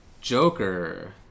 Joker